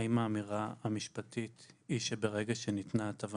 האם האמירה המשפטית היא שברגע שניתנה הטבה